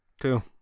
Two